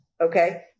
Okay